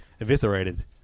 eviscerated